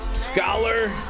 Scholar